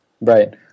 Right